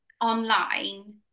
online